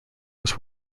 was